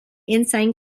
insane